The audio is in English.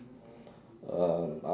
uh